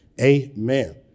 Amen